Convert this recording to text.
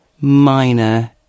Minor